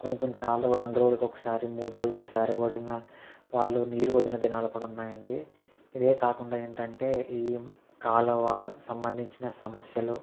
కొన్ని కొన్ని సార్లు రెండు రోజులకు ఒకసారి మూడు రోజులకు ఒకసారి వదిలిన వాళ్ళు నీరు వదిలిన దినాలు కూడా ఉన్నాయి అండి ఇదే కాకుండా ఏంటి అంటే ఈ కాలువ సంబంధించిన సమస్యలు